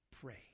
pray